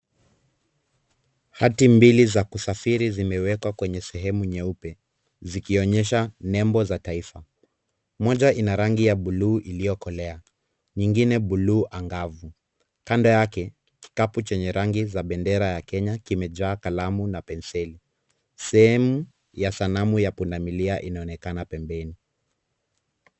Hati mbili za kusafiri zimewekwa kwenye sehemu nyeupe zikionyesha nembo za taifa. Moja ina rangi ya bluu iliyokolea nyingine bluu angavu. Kando yake kikapu chenye rangi za bendera ya Kenya kimejaa kalamu na penseli. Sehemu ya sanamu ya punda milia inaonekana pembeni.